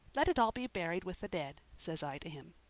let it all be buried with the dead' says i to him.